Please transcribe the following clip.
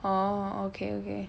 orh okay okay